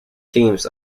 themes